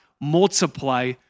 multiply